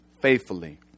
faithfully